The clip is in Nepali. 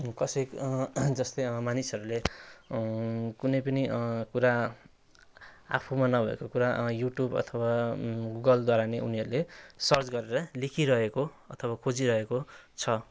कसै जस्तै मानिसहरूले कुनै पनि कुरा आफूमा नभएको कुरा यु ट्युब अथवा गुगलद्वारा नै उनीहरूले सर्च गरेर लेखिरहेको अथवा खोजिरहेको छ